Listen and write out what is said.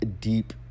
deep